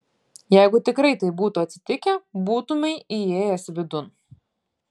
jeigu tikrai taip būtų atsitikę būtumei įėjęs vidun